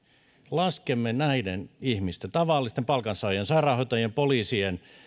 laskemme näiden ihmisten tavallisten palkansaajien sairaanhoitajien poliisien